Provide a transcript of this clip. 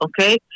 okay